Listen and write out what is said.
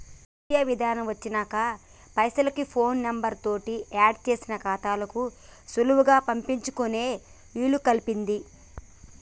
గీ UPI విధానం వచ్చినంక పైసలకి ఫోన్ నెంబర్ తోటి ఆడ్ చేసిన ఖాతాలకు సులువుగా పంపించుకునే ఇలుకల్పింది